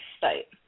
site